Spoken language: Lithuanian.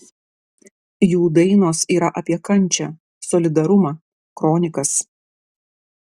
jų dainos yra apie kančią solidarumą kronikas